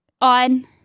on